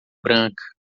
branca